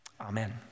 Amen